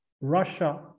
Russia